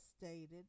stated